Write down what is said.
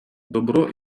добро